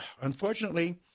unfortunately